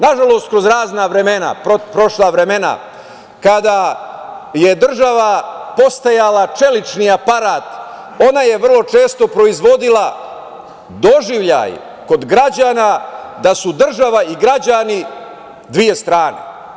Nažalost, kroz razna vremena, prošla vremena, kada je država postajala čelični aparat, ona je vrlo često proizvodila doživljaj kod građana da su država i građani dve strane.